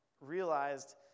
realized